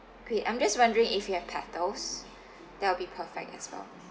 okay I'm just wondering if you have petals that'll be perfect as well